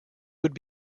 would